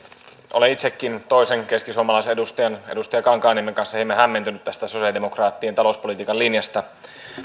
olen itsekin toisen keskisuomalaisen edustajan edustaja kankaanniemen kanssa hieman hämmentynyt tästä sosialidemokraattien talouspolitiikan linjasta